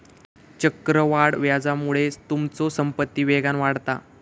चक्रवाढ व्याजामुळे तुमचो संपत्ती वेगान वाढता